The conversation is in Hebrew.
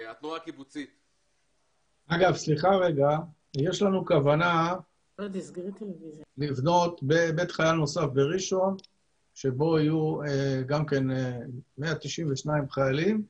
יש לנו כוונה לבנות בית חייל נוסף בראשון שבו יהיה גם כן 192 חיילים,